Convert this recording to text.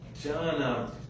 John